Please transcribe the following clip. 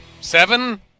Seven